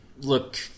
look